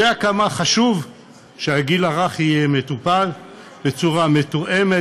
יודע כמה חשוב שהגיל הרך יהיה מטופל בצורה מתואמת,